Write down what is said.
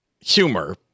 humor